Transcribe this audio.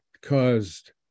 caused